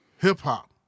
hip-hop